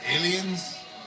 Aliens